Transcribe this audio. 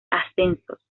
ascensos